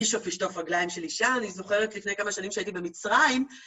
ישטוף רגליים של אישה, אני זוכרת לפני כמה שנים שהייתי במצרים.